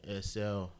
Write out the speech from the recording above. SL